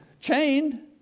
chained